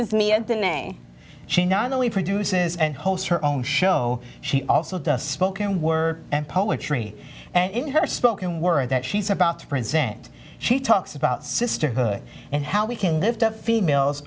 and she not only produces and host her own show she also does spoken word and poetry and her spoken word that she's about to print st she talks about sisterhood and how we can lift up females